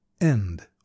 End